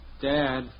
Dad